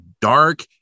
dark